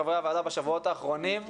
חברי הוועדה בשבועות האחרונים,